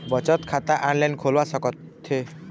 बचत खाता ऑनलाइन खोलवा सकथें?